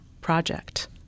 project